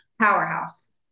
powerhouse